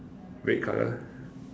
red color